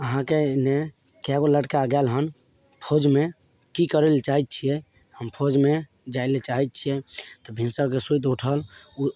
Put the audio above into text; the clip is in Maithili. अहाँके इन्ने कए गो लड़िका गेल हन फौजमे की करय लए चाहय छियै हम फौजमे जाइ लए चाहय छियै तऽ भिनसरिके सुति उठल उ